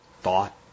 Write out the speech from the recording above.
thought